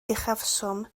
uchafswm